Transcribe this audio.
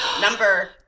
number